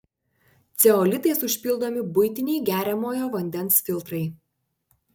ceolitais užpildomi buitiniai geriamojo vandens filtrai